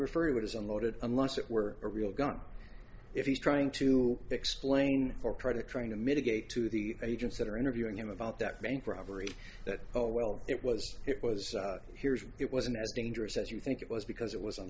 as unloaded unless it were a real gun if he's trying to explain or try to trying to mitigate to the agents that are interviewing him about that bank robbery that oh well it was it was here's it wasn't as dangerous as you think it was because it was